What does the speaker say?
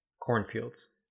cornfields